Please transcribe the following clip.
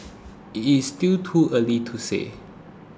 it is still too early to say